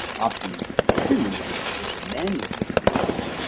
option two, with with a manual signature is,